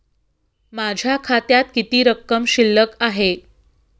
माझ्या खात्यात किती रक्कम शिल्लक आहे?